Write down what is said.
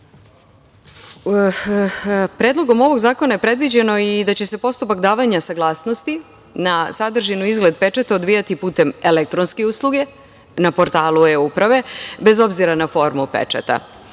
otiskom. Predlogom ovog zakona je predviđeno i da će se postupak davanja saglasnosti na sadržinu i izgled pečata odvijati putem elektronske usluge na portalu eUprave, bez obzira na forumu pečata,